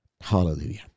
Hallelujah